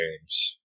games